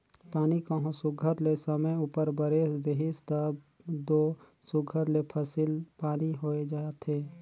पानी कहों सुग्घर ले समे उपर बरेस देहिस तब दो सुघर ले फसिल पानी होए जाथे